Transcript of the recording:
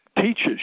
teaches